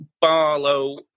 Barlow